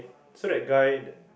so that guy